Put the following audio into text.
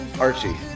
Archie